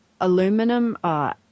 aluminum